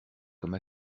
comme